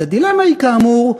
אז הדילמה היא כאמור,